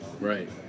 Right